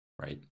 Right